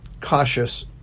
cautious